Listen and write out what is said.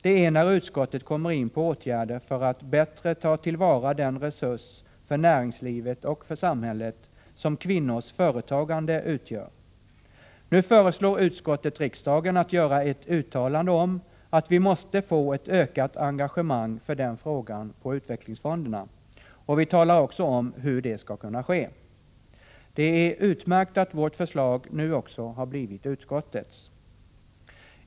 Det är när utskottet kommer in på åtgärder för att bättre ta till vara den resurs för näringslivet och för samhället som kvinnors företagande utgör. Nu föreslår utskottet att riksdagen skall göra ett uttalande om att vi måste få ett ökat engagemang för den frågan inom utvecklingsfonderna och talar också om hur det skall kunna ske. Det är utmärkt att vårt förslag nu även har blivit utskottets.